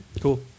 Cool